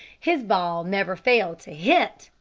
his ball never failed to hit,